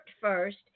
first